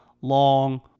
long